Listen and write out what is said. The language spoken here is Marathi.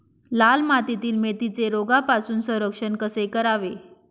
लाल मातीतील मेथीचे रोगापासून संरक्षण कसे करावे?